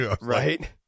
right